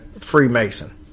Freemason